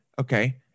okay